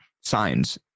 Signs